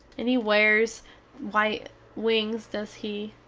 and he wares white wings dose he,